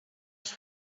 els